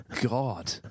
God